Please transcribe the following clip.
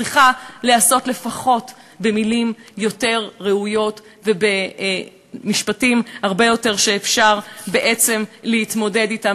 צריכה להיעשות לפחות במילים יותר ראויות ובמשפטים שאפשר להתמודד אתם,